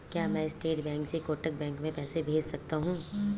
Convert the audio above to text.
क्या मैं state bank से कोटक बैंक में पैसे भेज सकता हूँ?